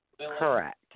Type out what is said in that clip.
Correct